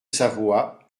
savoie